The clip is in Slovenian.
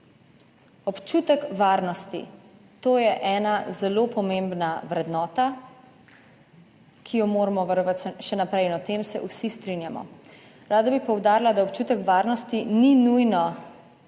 Občutek varnosti, to je ena zelo pomembna vrednota, ki jo moramo varovati še naprej in o tem se vsi strinjamo. Rada bi poudarila, da občutek varnosti ni nujno